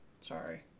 Sorry